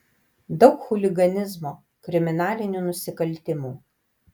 daug chuliganizmo kriminalinių nusikaltimų